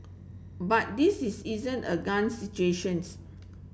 but this is isn't a gun situations